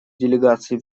делегаций